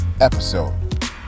episode